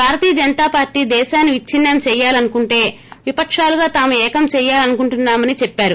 భారతీయ జనతాపార్లీ దేశాన్ని విచ్చిన్నం చేయాలనుకుంటేవిపకాలుగా తాము ఏకం చేయాలనుకుంటున్నామని చెప్పారు